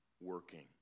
working